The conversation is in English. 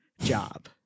job